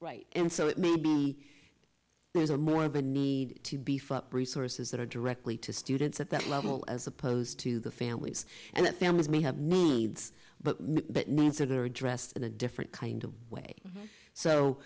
right and so it may be there are more of a need to beef up resources that are directly to students at that level as opposed to the families and the families may have needs but nansen are addressed in a different kind of way so